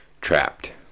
Trapped